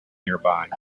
nearby